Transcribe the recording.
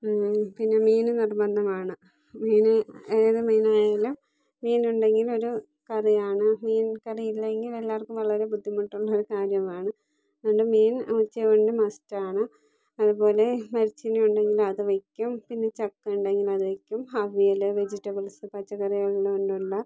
പിന്നെ മീന് നിർബന്ധമാണ് മീന് ഏത് മീനായാലും മീൻ ഉണ്ടെങ്കിൽ ഒരു കറിയാണ് മീൻ കറി ഇല്ലെങ്കിൽ എല്ലാവർക്കും വളരെ ബുദ്ധിമുട്ടുള്ള ഒരു കാര്യമാണ് അതുകൊണ്ട് മീൻ ഉച്ച ഊണിന് മസ്റ്റാണ് അതുപോലെ ഇറച്ചി ഉണ്ടെങ്കിൽ അത് വെക്കും പിന്നെ ചക്ക ഉണ്ടെങ്കിൽ അതു വെക്കും അവിയല് വെജിറ്റബിൾസ് പച്ചക്കറികൾ കൊണ്ടുള്ള